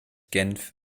genf